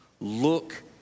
Look